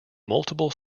multiple